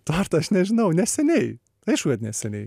tortą aš nežinau neseniai aišku kad neseniai